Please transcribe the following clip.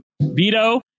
veto